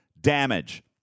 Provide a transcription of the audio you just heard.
damage